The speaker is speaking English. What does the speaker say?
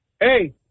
Hey